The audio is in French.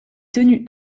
tenue